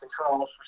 controls